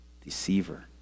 Deceiver